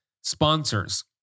sponsors